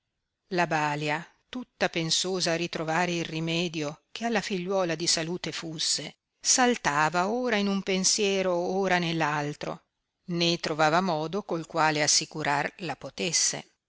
la balia tutta pensosa a ritrovare il rimedio che alla figliuola di salute fusse saltava ora in un pensiero ora ne l'altro né trovava modo col quale assicurar la potesse